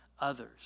others